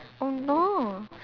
oh no